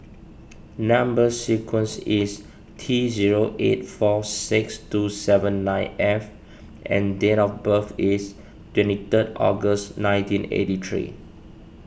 Number Sequence is T zero eight four six two seven nine F and date of birth is twenty third August nineteen eighty three